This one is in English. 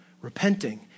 repenting